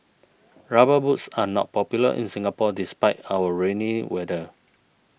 rubber boots are not popular in Singapore despite our rainy weather